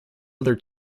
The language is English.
other